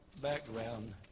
background